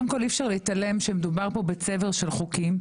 קודם כל אי אפשר להתעלם שמדובר פה בצבר של חוקים,